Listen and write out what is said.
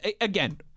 Again